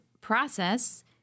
process